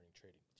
trading